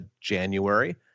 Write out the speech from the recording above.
January